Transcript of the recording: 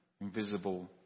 invisible